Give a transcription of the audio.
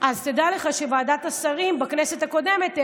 על שלא היו כמו ועדת השרים בשנים האחרונות.